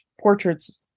portraits